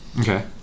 Okay